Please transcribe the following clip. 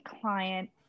client